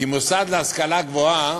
כי מוסד להשכלה גבוהה